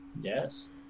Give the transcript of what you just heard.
Yes